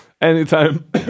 Anytime